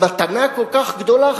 מתנה כל כך גדולה,